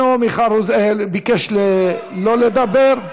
ביקש לא לדבר,